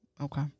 Okay